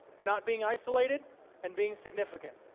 not being isolated and being significant.